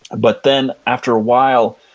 but then after a while,